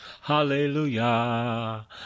Hallelujah